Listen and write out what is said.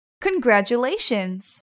Congratulations